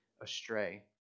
astray